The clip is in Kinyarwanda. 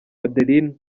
adeline